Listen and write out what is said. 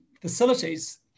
facilities